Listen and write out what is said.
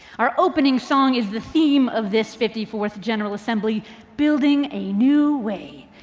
our opening song is the theme of this fifty fourth general assembly building a new way,